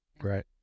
Right